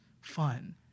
fun